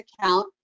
account